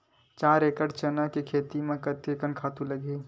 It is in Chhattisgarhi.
चार एकड़ चना के खेती कतेकन खातु लगही?